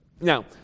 Now